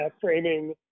framing